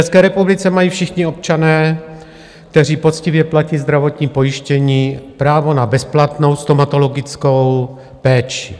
V České republice mají všichni občané, kteří poctivě platí zdravotní pojištění, právo na bezplatnou stomatologickou péči.